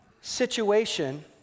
situation